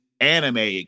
anime